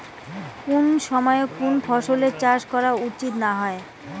কুন সময়ে কুন ফসলের চাষ করা উচিৎ না হয়?